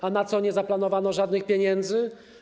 A na co nie zaplanowanych żadnych pieniędzy?